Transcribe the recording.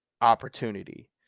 opportunity